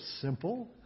simple